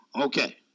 Okay